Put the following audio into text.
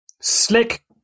Slick